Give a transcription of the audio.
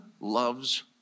loves